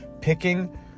picking